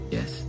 Yes